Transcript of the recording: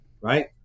right